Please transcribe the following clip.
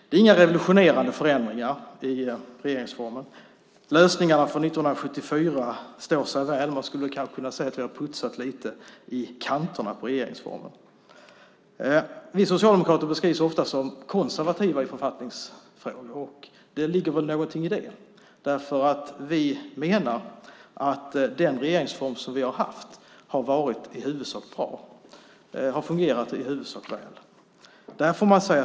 Det är inga revolutionerande förändringar i regeringsformen. Lösningarna från 1974 står sig väl. Man skulle kanske kunna säga att vi har putsat lite i kanterna på regeringsformen. Vi socialdemokrater beskrivs ofta som konservativa i författningsfrågor. Det ligger något i det. Vi menar att den regeringsform vi har haft i huvudsak har varit bra och fungerat väl.